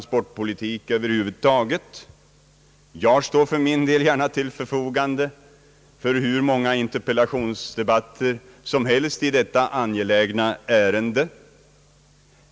Jag står för min del gärna till förfogande för hur många interpellationsdebatter som helst i detta angelägna ärende.